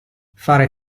fare